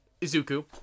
Izuku